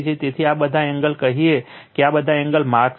તેથી બધા એંગલ કહીએ કે બધા એંગલ માર્ક વચ્ચે છે